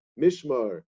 Mishmar